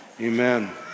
Amen